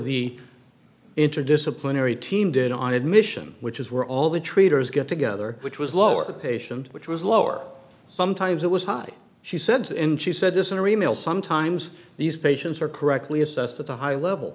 the interdisciplinary team did on admission which is where all the traders get together which was lower patient which was lower sometimes it was high she said to him she said this in our e mail sometimes these patients are correctly assessed at the high level